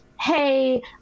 Hey